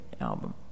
album